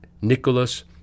Nicholas